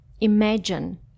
Imagine